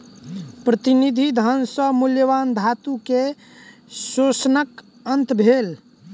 प्रतिनिधि धन सॅ मूल्यवान धातु के शोषणक अंत भेल